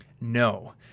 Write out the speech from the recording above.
no